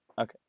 Okay